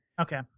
Okay